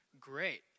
great